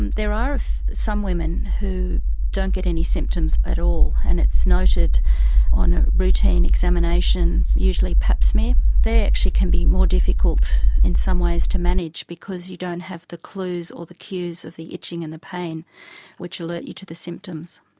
and there are some women who don't get any symptoms at all, and it's noted on ah routine examinations, usually a pap smear. they actually can be more difficult in some ways to manage because you don't have the clues or the cues of the itching and the pain which alert you to the symptoms.